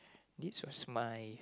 this was mine